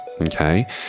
Okay